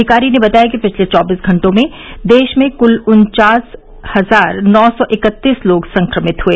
अधिकारी ने बताया कि पिछले चौबीस घटों में देश में कुल उन्चास हजार नौ सौ इकत्तीस लोग संक्रमित हुए